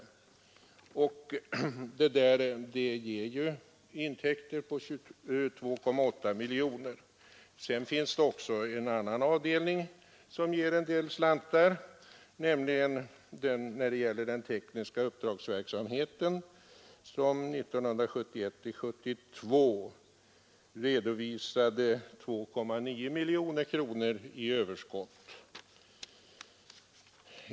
Totalt ger denna verksamhet 22,8 miljoner kronor. Sedan finns också en annan avdelning som ger en del slantar, nämligen den tekniska uppdragsverksamheten som 1971/72 redovisade 2,9 miljoner kronor i överskott.